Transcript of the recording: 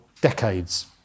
decades